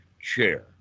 chair